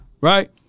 right